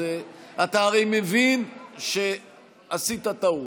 אתה הרי מבין שעשית טעות,